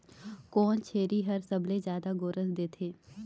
कोन छेरी हर सबले जादा गोरस देथे?